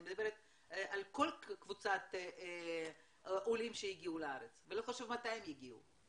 אני מדברת על כל קבוצת עולים שהגיעו לארץ ולא חשוב מתי הם הגיעו.